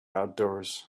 outdoors